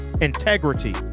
integrity